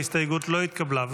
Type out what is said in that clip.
ההסתייגות לא התקבלה.